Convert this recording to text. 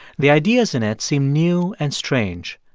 the ideas in it seemed new and strange.